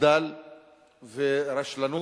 מחדל ורשלנות,